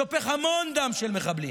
שופך המון דם של מחבלים.